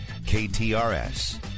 KTRS